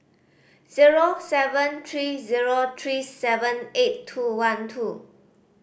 zero seven three zero three seven eight two one two